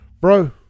Bro